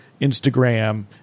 Instagram